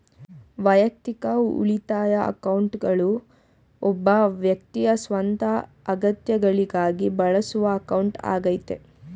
ವೈಯಕ್ತಿಕ ಉಳಿತಾಯ ಅಕೌಂಟ್ಗಳು ಒಬ್ಬ ವ್ಯಕ್ತಿಯ ಸ್ವಂತ ಅಗತ್ಯಗಳಿಗಾಗಿ ಬಳಸುವ ಅಕೌಂಟ್ ಆಗೈತೆ